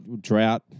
drought